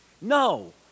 No